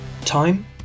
Time